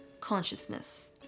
consciousness